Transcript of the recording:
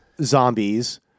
zombies